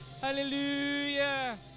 hallelujah